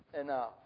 enough